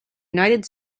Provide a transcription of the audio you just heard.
united